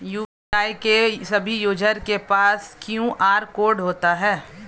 UPI के सभी user के पास क्यू.आर कोड होता है